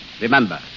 remember